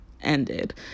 ended